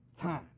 time